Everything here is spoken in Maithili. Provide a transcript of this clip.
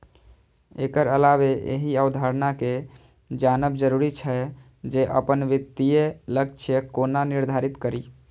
एकर अलावे एहि अवधारणा कें जानब जरूरी छै, जे अपन वित्तीय लक्ष्य कोना निर्धारित करी